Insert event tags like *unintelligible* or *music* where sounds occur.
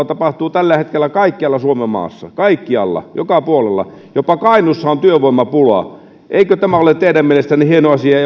*unintelligible* tapahtuu tällä hetkellä kaikkialla suomenmaassa kaikkialla joka puolella jopa kainuussa on työvoimapula eikö tämä ole teidän mielestänne hieno asia *unintelligible*